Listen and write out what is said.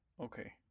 Okay